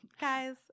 guys